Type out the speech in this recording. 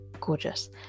gorgeous